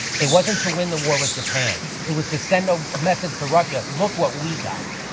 it wasn't to win the war with japan. it was to send a message to russia, look what we got.